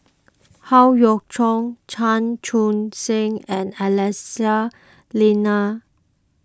Howe Yoon Chong Chan Chun Sing and Lyana